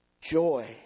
joy